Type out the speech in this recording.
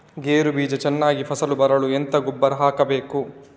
ಗೇರು ಬೀಜ ಚೆನ್ನಾಗಿ ಫಸಲು ಬರಲು ಎಂತ ಗೊಬ್ಬರ ಹಾಕಬೇಕು?